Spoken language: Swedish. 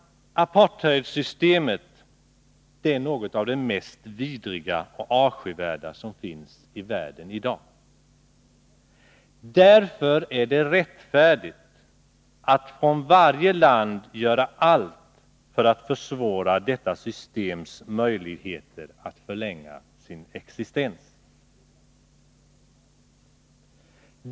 Apartheidsystemet är något av det mest vidriga och avskyvärda som finns i världen i dag. Därför är det rättfärdigt att från varje land göra allt för att försvåra detta systems möjligheter att förlänga sin existens.